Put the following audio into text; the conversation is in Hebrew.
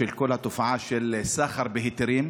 התופעה של סחר בהיתרים.